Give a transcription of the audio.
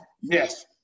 Yes